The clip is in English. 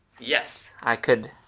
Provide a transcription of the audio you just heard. yes, i could!